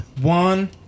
One